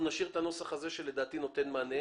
אנחנו נשאיר את הנוסח הזה שלדעתי נותן מענה.